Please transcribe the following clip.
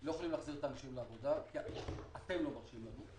לא יכולים להחזיר את האנשים לעבודה כי אתם לא מרשים לנו.